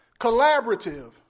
Collaborative